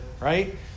right